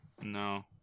No